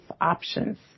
options